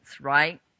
right